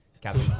Captain